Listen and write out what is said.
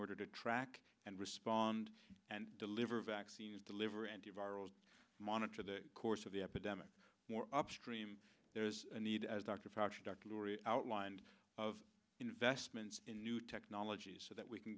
order to track and respond and deliver vaccines deliver antiviral monitor the course of the epidemic upstream there's a need as dr lurie outlined of investments in new technologies so that we can